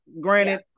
Granted